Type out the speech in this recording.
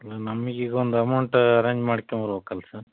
ಅಲ್ಲ ನಮ್ಗೆ ಈಗ ಒಂದು ಅಮೌಂಟ್ ಅರೆಂಜ್ ಮಾಡ್ಕ್ಯಂಬರ್ಬೇಕಲ್ಲ ಸರ್